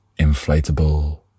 inflatable